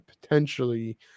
potentially